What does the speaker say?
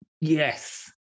Yes